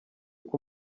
uko